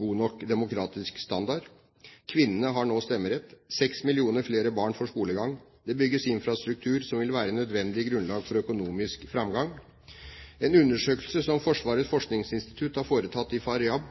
god nok demokratisk standard. Kvinnene har nå stemmerett. 6 millioner flere barn får skolegang. Det bygges infrastruktur som vil være nødvendig grunnlag for økonomisk framgang. En undersøkelse som Forsvarets forskningsinstitutt har foretatt i